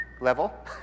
...level